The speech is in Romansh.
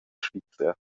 svizra